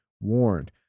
warned